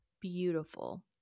Beautiful